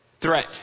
threat